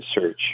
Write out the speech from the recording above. search